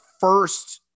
first